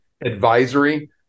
Advisory